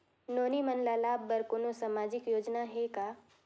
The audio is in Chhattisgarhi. नोनी मन ल लाभ बर कोनो सामाजिक योजना हे का?